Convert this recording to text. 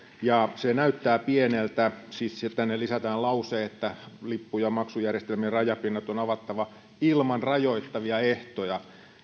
se näyttää pieneltä siis tänne lisätään lause että lippu ja maksujärjestelmien rajapinnat on avattava ilman rajoittavia ehtoja